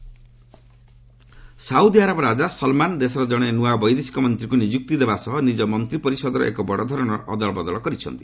Saudi reshuffle Saudi Arabia ରାଜା Salman ଦେଶର ଜଣେ ନୂଆ ବୈଦେଶିକ ମନ୍ତ୍ରୀଙ୍କୁ ନିଯୁକ୍ତି ଦେବା ସହ ନିଜ ମନ୍ତ୍ରୀ ପରିଷଦର ଏକ ବଡ଼ଧରଣର ଅଦଳବଦଳ କରିଛନ୍ତି